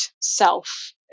self